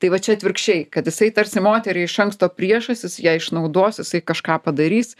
tai va čia atvirkščiai kad jisai tarsi moteriai iš anksto priešas jis ją išnaudos jisai kažką padarys